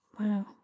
Wow